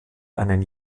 einen